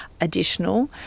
additional